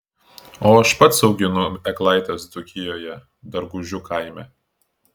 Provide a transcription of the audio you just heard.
o aš pats auginu eglaites dzūkijoje dargužių kaime